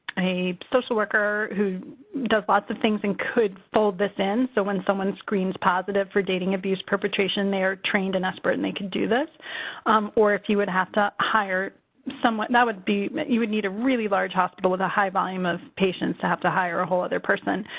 a social worker who does lots of things and could fold this in. so, when someone screens positive for dating abuse perpetration, they are trained in sbirt and they can do this or, if you would have to hire someone, that would be you would need a really large hospital with a high volume of patients to have to hire a whole other person.